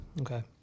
Okay